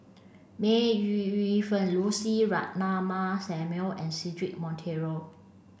May Ooi Yu Fen Lucy Ratnammah Samuel and Cedric Monteiro